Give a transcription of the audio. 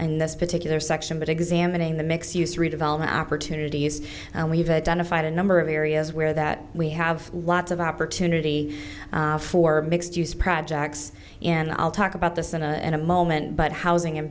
this particular section but examining the mix use redevelopment opportunities and we've identified a number of areas where that we have lots of opportunity for mixed use projects and i'll talk about the santa ana moment but housing in